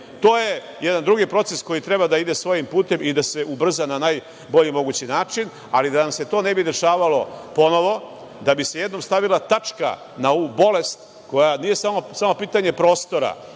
To je jedan drugi proces koji treba da ide svojim putem i da se ubrza na najbolji mogući način. Da nam se to ne bi dešavalo ponovo, da bi se jednom stavila tačka na ovu bolest, koja nije samo pitanje prostora,